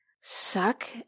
suck